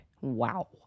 Wow